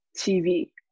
TV